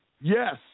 Yes